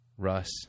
Russ